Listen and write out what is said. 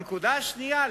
הנקודה השנייה,